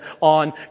on